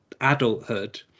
adulthood